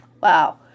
Wow